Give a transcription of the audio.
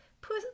put